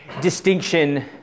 distinction